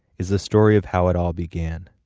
is the story of how it all began.